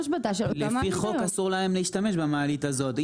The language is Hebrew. לפי חוק אסור להם להשתמש במעלית הזאת.